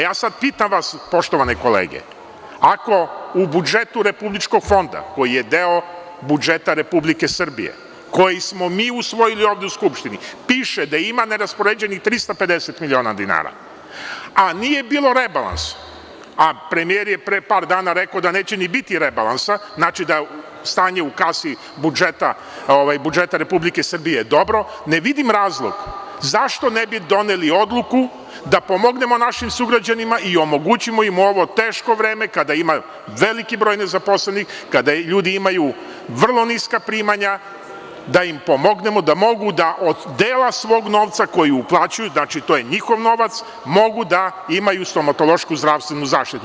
Ja sada pitam vas, poštovane kolege, ako u budžetu RFZO, koji je deo budžeta Republike Srbije, koji smo mi usvojili ovde u Skupštini, piše da ima nesraspoređenih 350 miliona dinara, a nije bilo rebalansa, a premijer je pre par dana rekao da neće ni biti rebalansa, znači da je stanje u kasi budžeta Republike Srbije dobro, ne vidim razlog zašto ne bi doneli odluku da pomognemo našim sugrađanima i omogućimo im u ovo teško vreme, kada ima veliki broj nezaposlenih, kada ljudi imaju vrlo niska primanja, da im pomognemo da od dela svog novca koji uplaćuju, znači, to je njihov novac, mogu da imaju stomatološku zdravstvenu zaštitu.